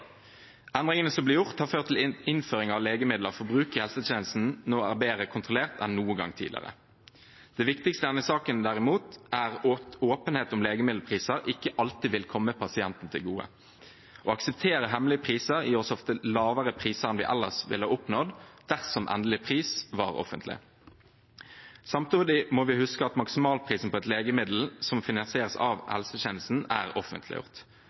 Endringene som ble gjort, har ført til at innføring av legemidler for bruk i helsetjenesten nå er bedre kontrollert enn noen gang tidligere. Det viktigste i denne saken er derimot at åpenhet om legemiddelpriser ikke alltid vil komme pasienten til gode. Å akseptere hemmelige priser gir oss ofte lavere priser enn vi ellers ville ha oppnådd dersom endelig pris var offentlig. Samtidig må vi huske at maksimalprisen på et legemiddel som finansieres av helsetjenesten, er offentliggjort.